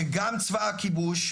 זה גם צבא הכיבוש,